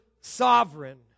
sovereign